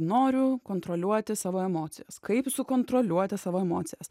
noriu kontroliuoti savo emocijas kaip sukontroliuoti savo emocijas